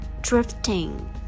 drifting